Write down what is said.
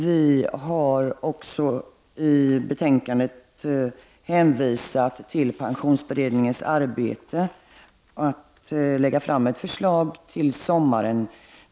Vi har i betänkandet hänvisat till arbetet inom pensionsberedningen, som kommer att lägga fram ett förslag till sommaren.